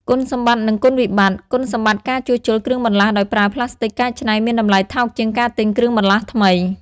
គុណសម្បត្តិ និងគុណវិបត្ត គុណសម្បត្តិការជួសជុលគ្រឿងបន្លាស់ដោយប្រើផ្លាស្ទិកកែច្នៃមានតម្លៃថោកជាងការទិញគ្រឿងបន្លាស់ថ្មី។